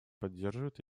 поддерживает